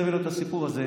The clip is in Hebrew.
אם תביא להם את הסיפור הזה,